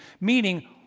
meaning